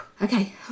Okay